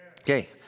Okay